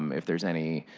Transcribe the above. um if there's any